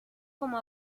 como